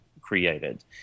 created